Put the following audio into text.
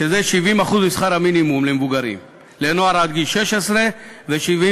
שזה 70% משכר המינימום למבוגרים לנוער עד גיל 16 ו-75%